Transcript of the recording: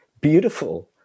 beautiful